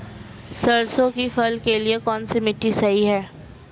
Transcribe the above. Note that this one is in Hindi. सरसों की फसल के लिए कौनसी मिट्टी सही हैं?